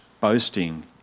boasting